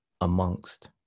amongst